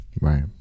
right